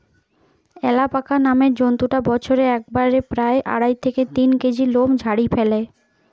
alpaca নামের জন্তুটা বছরে একবারে প্রায় আড়াই থেকে তিন কেজি লোম ঝাড়ি ফ্যালে